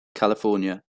california